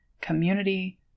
community